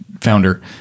founder